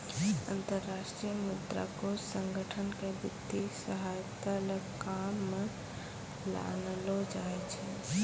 अन्तर्राष्ट्रीय मुद्रा कोष संगठन क वित्तीय सहायता ल काम म लानलो जाय छै